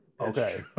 Okay